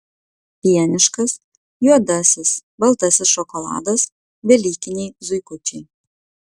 pieniškas juodasis baltasis šokoladas velykiniai zuikučiai